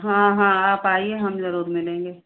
हाँ हाँ आप आइए हम ज़रूर मिलेंगे